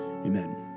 Amen